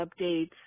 updates